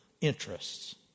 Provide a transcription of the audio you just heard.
interests